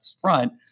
front